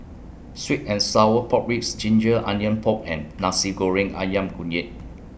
Sweet and Sour Pork Ribs Ginger Onions Pork and Nasi Goreng Ayam Kunyit